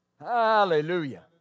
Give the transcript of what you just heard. Hallelujah